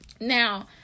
Now